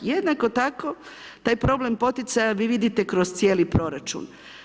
Jednako tako taj problem poticaja vi vidite kroz cijeli proračun.